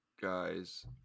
guys